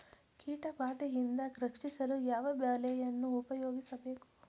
ಕೀಟಬಾದೆಯಿಂದ ರಕ್ಷಿಸಲು ಯಾವ ಬಲೆಯನ್ನು ಉಪಯೋಗಿಸಬೇಕು?